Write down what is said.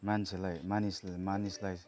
मान्छेलाई मानिसले मानिसलाई